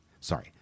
Sorry